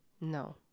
No